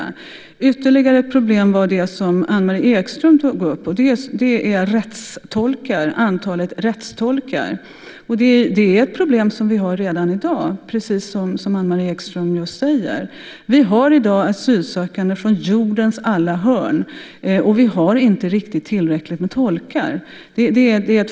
Ett ytterligare problem, som togs upp av Anne-Marie Ekström, är antalet rättstolkar. Det är ett problem som vi har redan i dag, precis som Anne-Marie Ekström säger. Vi har i dag asylsökande från jordens alla hörn, och det är ett faktum att vi inte har riktigt tillräckligt med tolkar.